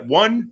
one